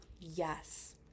yes